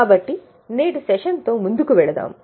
కాబట్టి నేటి సెషన్తో ముందుకు వెళ్దాం